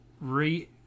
re